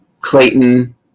Clayton